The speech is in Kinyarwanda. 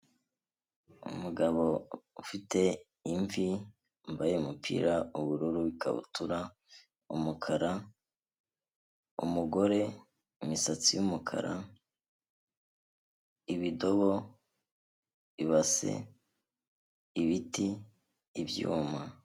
Umugabo ufite imvi yambaye umupira w'ubururu, ikabutura, umukara, umugore imisatsi y'umukara, ibidobo, ibase, ibiti, ibyuma.